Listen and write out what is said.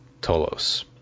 Tolos